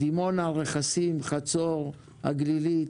בדימונה, רכסים, חצור הגלילית,